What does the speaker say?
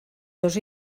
dos